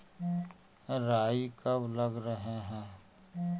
राई कब लग रहे है?